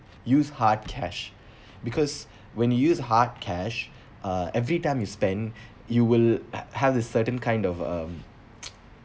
use hard cash because when used hard cash uh every time you spend you will hav~ have a certain kind of um